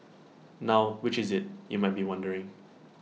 now which is IT you might be wondering